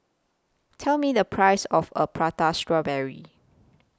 Tell Me The Price of A Prata Strawberry